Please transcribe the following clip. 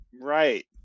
right